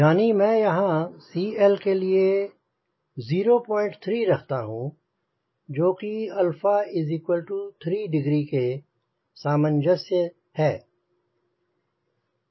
यानी मैं यहाँ CLके लिए 0 3 रखता हूँ जो कि 𝛼3 डिग्री के सामंजस्य है